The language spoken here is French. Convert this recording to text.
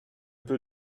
peu